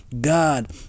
God